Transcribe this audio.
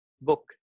book